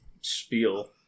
spiel